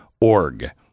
org